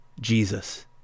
Jesus